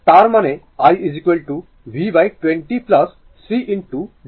তার মানে i v20 c d vd t